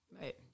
Right